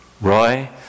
Roy